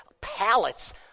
pallets